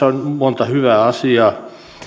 on monta hyvää asiaa